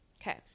Okay